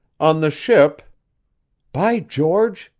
on the ship by george!